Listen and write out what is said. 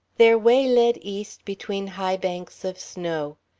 their way led east between high banks of snow.